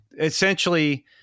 Essentially